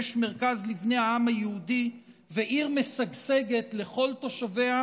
מרכז לבני העם היהודי ועיר משגשגת לכל תושביה,